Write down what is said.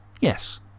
Yes